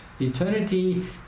Eternity